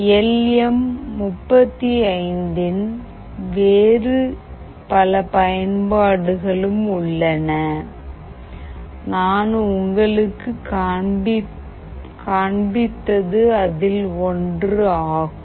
L M 35 இன் வேறு பல பயன்பாடுகளும் உள்ளன நான் உங்களுக்கு காண்பித்தது அதில் ஒன்று ஆகும்